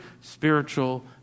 spiritual